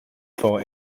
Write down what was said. for